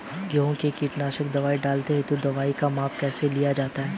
गेहूँ में कीटनाशक दवाई डालते हुऐ दवाईयों का माप कैसे लिया जाता है?